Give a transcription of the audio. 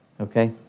okay